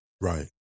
Right